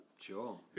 Sure